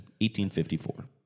1854